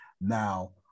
Now